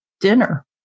dinner